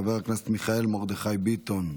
חבר הכנסת מיכאל מרדכי ביטון,